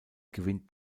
gewinnt